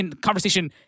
conversation